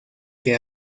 que